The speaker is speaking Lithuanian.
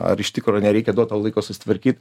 ar iš tikro nereikia duot tau laiko susitvarkyt